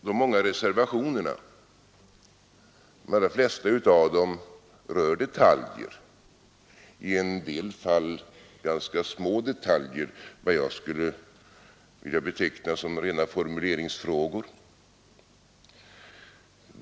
De allra flesta av reservationerna rör detaljer, i en del fall ganska små detaljer — vad jag skulle vilja beteckna som rena formuleringsfrågor.